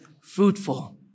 fruitful